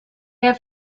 have